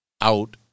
out